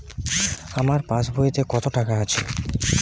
আমার পাসবইতে কত টাকা আছে?